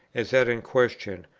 as that in question,